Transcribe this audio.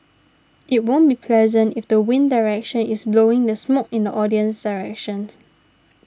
it won't be pleasant if the wind direction is blowing the smoke in the audience's direction